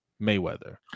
Mayweather